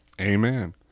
Amen